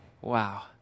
Wow